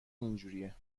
اینجوریه